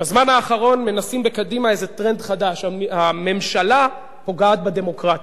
בזמן האחרון מנסים בקדימה איזה טרנד חדש: הממשלה פוגעת בדמוקרטיה.